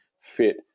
fit